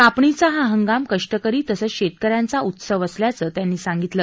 कापणीचा हा हंगाम कष्टकरी तसंच शेतक यांचा उत्सव असल्याचं त्यांनी सांगितलं